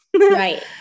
Right